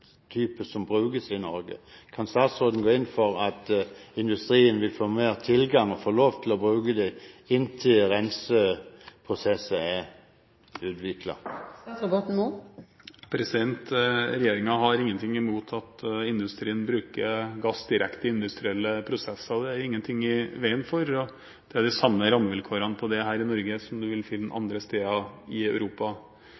som brukes i Norge. Kan statsråden gå inn for at industrien vil få mer tilgang til det og få lov til å bruke det inntil renseprosesser er utviklet? Regjeringen har ingenting imot at industrien bruker gass direkte i industrielle prosesser – det er det ingenting i veien for. Det er de samme rammevilkårene på dette her i Norge som du vil finne